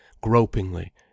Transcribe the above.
gropingly